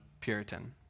Puritan